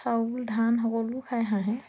চাউল ধান সকলো খায় হাঁহে